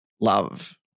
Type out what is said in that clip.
love